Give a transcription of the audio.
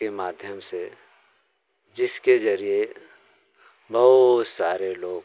के माध्यम से जिसके जरिए बहुत सारे लोग